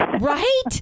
Right